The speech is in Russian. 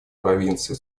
провинции